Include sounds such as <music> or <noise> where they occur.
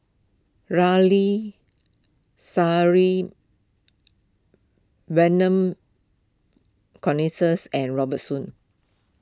Ramli Sarip Vernon <unintelligible> and Robert Soon